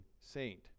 saint